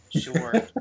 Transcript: Sure